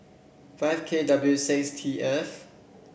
five K W six T F